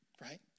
right